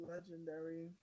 legendary